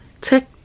Tech